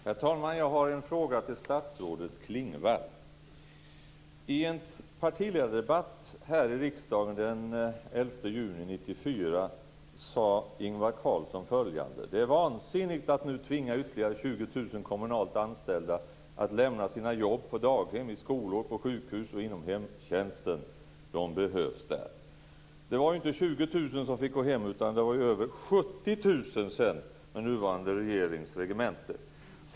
Herr talman! Jag har en fråga till statsrådet Klingvall. I en partiledardebatt här i riksdagen den 11 juni 1994 sade Ingvar Carlsson följande: "Det är vansinnigt att nu tvinga ytterligare 20 000 kommunalt anställda att lämna sina jobb på daghem, i skolor, på sjukhus och inom hemtjänsten. De behövs där." Det var inte 20 000 som fick gå, utan det blev över 70 000 under den nuvarande regeringens regemente.